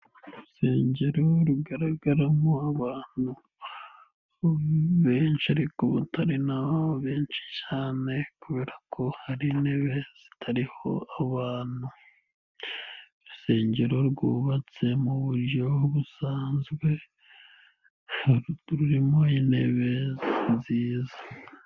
Urusengero rugaragaramo abantu benshi ariko ubuta na benshi cyane, kubera ko hari intebe zitariho abantu. Urusengero rwubatse mu buryo busanzwe rurimo intebe nziza.